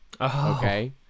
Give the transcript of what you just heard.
okay